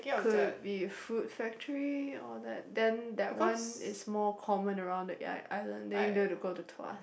could be food factory all that then that one is more common around the i~ island then you don't have to go to Tuas